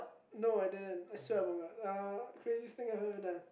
no I didn't I swear I [oh]-my-god uh craziest thing I have ever done